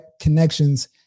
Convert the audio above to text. connections